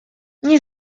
nie